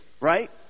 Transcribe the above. right